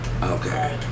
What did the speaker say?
Okay